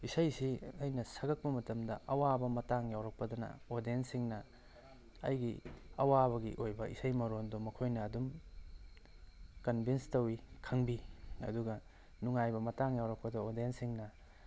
ꯏꯁꯩꯁꯤ ꯑꯩꯅ ꯁꯛꯂꯛꯄ ꯃꯇꯝꯗ ꯑꯋꯥꯕ ꯃꯇꯥꯡ ꯌꯥꯎꯔꯛꯄꯗꯅ ꯑꯣꯗꯤꯌꯦꯟꯁꯁꯤꯡꯅ ꯑꯩꯒꯤ ꯑꯋꯥꯕꯒꯤ ꯑꯣꯏꯕ ꯏꯁꯩ ꯃꯔꯣꯜꯗꯨ ꯃꯈꯣꯏꯅ ꯑꯗꯨꯝ ꯀꯟꯚꯤꯟꯁ ꯇꯧꯋꯤ ꯈꯪꯕꯤ ꯑꯗꯨꯒ ꯅꯨꯡꯉꯥꯏꯕ ꯃꯇꯥꯡ ꯌꯥꯎꯔꯛꯄꯗꯣ ꯑꯣꯗꯤꯌꯦꯟꯁꯁꯤꯡꯅ